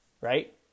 right